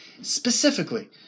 specifically